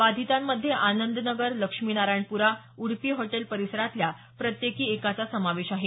बाधितांमध्ये आनंदनगर लक्ष्मीनारायणपुरा उडपी हॉटेल परिसरातल्या प्रत्येकी एकाचा समावेश आहे